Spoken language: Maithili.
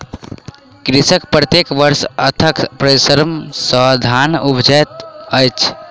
कृषक प्रत्येक वर्ष अथक परिश्रम सॅ धान उपजाबैत अछि